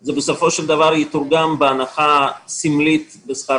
זה בסופו של דבר יתורגם בהנחה סמלית בשכר